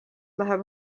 läheb